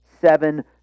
seven